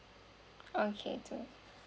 okay too